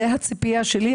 זו הציפייה שלי,